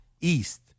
East